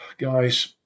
Guys